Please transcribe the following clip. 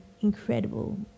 incredible